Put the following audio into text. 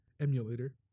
Emulator